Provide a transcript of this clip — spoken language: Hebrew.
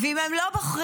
ואם הם לא בוחרים,